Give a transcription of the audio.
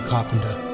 Carpenter